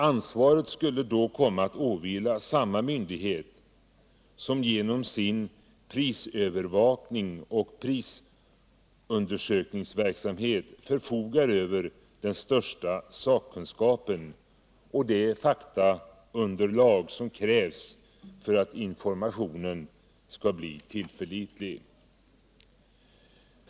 Ansvaret skulle då komma att åvila samma myndighet som genom sin prisövervakning och prisundersökningsverksamhet förfogar över den största sakkunskapen och det faktaunderlag som krävs för att informationen skall bli tillförlitlig.